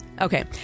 Okay